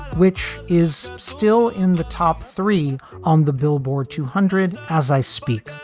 which is still in the top three on the billboard two hundred as i speak.